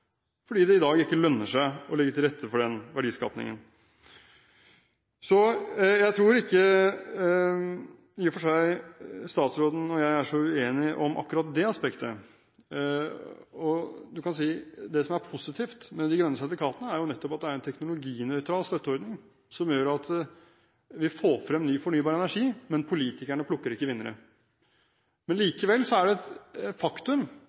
fordi det i dag ikke lønner seg å legge til rette for den verdiskapingen. Jeg tror ikke statsråden og jeg er så uenige om akkurat det aspektet. Det som er positivt med de grønne sertifikatene, er at det nettopp er en teknologinøytral støtteordning, som gjør at vi får frem ny fornybar energi, men politikerne plukker ikke vinnerne. Likevel er det et faktum